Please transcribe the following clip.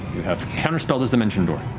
you have counterspelled his dimension door.